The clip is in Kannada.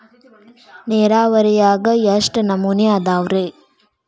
ನೇರಾವರಿಯಾಗ ಎಷ್ಟ ನಮೂನಿ ಅದಾವ್ರೇ?